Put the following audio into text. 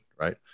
right